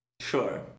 Sure